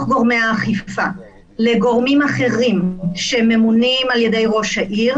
גורמי האכיפה לגורמים אחרים שממונים על ידי ראש העיר,